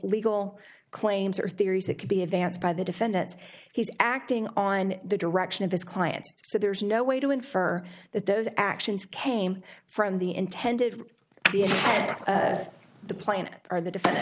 legal claims or theories that could be advanced by the defendants he's acting on the direction of his clients so there's no way to infer that those actions came from the intended the planet or the defen